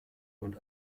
und